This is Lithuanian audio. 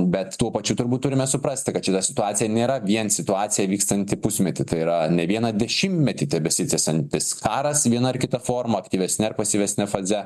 bet tuo pačiu turbūt turime suprasti kad šita situacija nėra vien situacija vykstanti pusmetį tai yra ne vieną dešimtmetį tebesitęsiantis karas viena ar kita forma aktyvesnia pasyvesnia faze